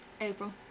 April